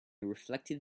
reflective